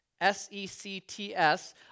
S-E-C-T-S